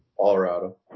Colorado